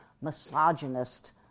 misogynist